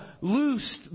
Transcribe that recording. loosed